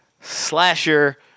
slasher